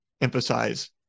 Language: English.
emphasize